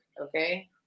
okay